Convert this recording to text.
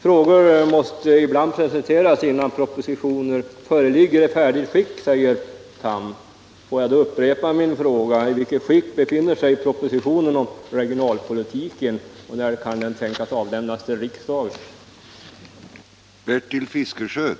Frågor måste ibland presenteras innan propositioner föreligger i färdigt skick, säger statsrådet Tham. Får jag då upprepa min fråga: I vilket skick befinner sig propositionen om regionalpolitiken, och när kan den tänkas avlämnas till riksdagen?